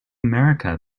america